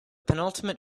penultimate